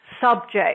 subject